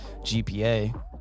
GPA